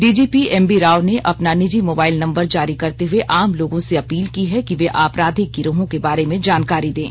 DGP M V Rao अपना निजी mobile नं जारी करते हए आम लोगों से अपील की है कि वे आपराधिक गिरोहों के बारे में जानकारी दें